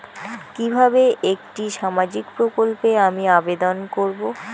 কিভাবে একটি সামাজিক প্রকল্পে আমি আবেদন করব?